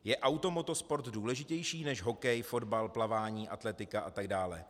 Je auto moto sport důležitější než hokej, fotbal, plavání, atletika a tak dále?